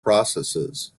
processes